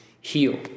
heal